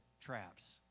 traps